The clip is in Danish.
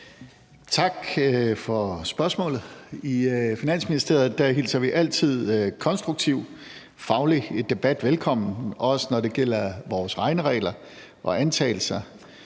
Tak for spørgsmålet. I Finansministeriet hilser vi altid konstruktiv faglig debat velkommen, også når det gælder vores regneregler og antagelser.